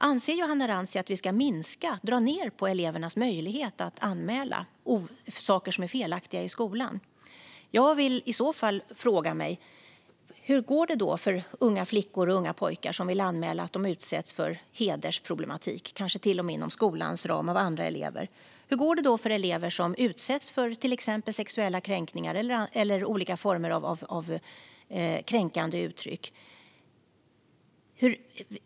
Anser Johanna Rantsi att vi ska dra ned på elevernas möjligheter att anmäla saker som är felaktiga i skolan? Jag frågar mig då hur det då går för unga flickor och pojkar som vill anmäla att de utsätts för hedersproblem, kanske till och med inom skolans ram, av andra elever, som utsätts för sexuella kränkningar eller olika former av kränkande uttryck?